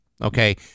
Okay